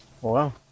Wow